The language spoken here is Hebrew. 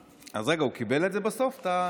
אז רגע, הוא קיבל את זה בסוף, את העמדה?